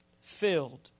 filled